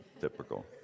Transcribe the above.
typical